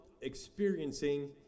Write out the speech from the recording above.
experiencing